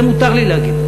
את זה מותר לי להגיד.